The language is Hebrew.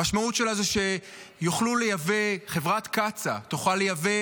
המשמעות שלה היא שחברת קצא"א תוכל לייבא